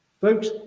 Folks